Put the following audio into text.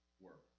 work